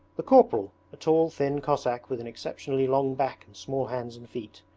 the corporal, a tall thin cossack with an exceptionally long back and small hands and feet,